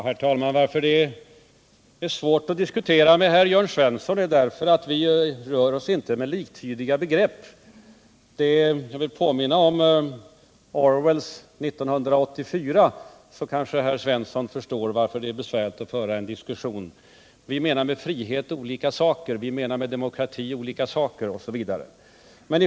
Herr talman! Anledningen till att det är svårt att diskutera med Jörn Svensson är att vi inte rör oss med liktydiga begrepp. Jag vill påminna om Orwells bok 1984 för att herr Svensson möjligen skall förstå vad jag syftar på. Vi menar olika saker med begrepp som frihet, demokrati osv.